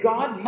God